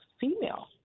female